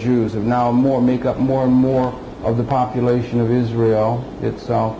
jews and now more make up more and more of the population of israel itself